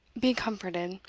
be comforted.